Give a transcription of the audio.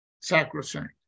sacrosanct